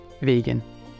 Vegan